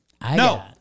No